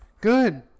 Good